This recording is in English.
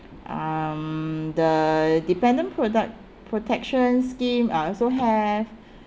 um the dependent product protection scheme I also have